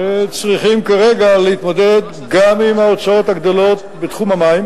הן צריכות כרגע להתמודד גם עם ההוצאות הגדלות בתחום המים.